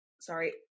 sorry